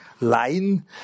line